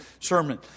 sermon